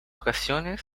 ocasiones